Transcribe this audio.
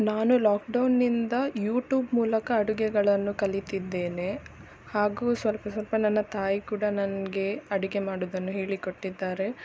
ನಾನು ಲಾಕ್ಡೌನ್ನಿಂದ ಯೂಟೂಬ್ ಮೂಲಕ ಅಡುಗೆಗಳನ್ನು ಕಲಿತಿದ್ದೇನೆ ಹಾಗು ಸ್ವಲ್ಪ ಸ್ವಲ್ಪ ನನ್ನ ತಾಯಿ ಕೂಡ ನನಗೆ ಅಡುಗೆ ಮಾಡುವುದನ್ನು ಹೇಳಿಕೊಟ್ಟಿದ್ದಾರೆ